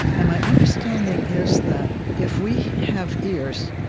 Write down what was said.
and my understanding is that if we have ears,